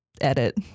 edit